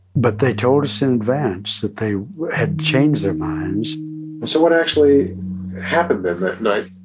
but they told us in advance that they had changed their minds so what actually happened, then, that night?